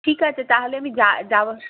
ঠিক আছে তাহলে আমি যা যাব